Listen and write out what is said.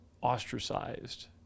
ostracized